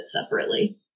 separately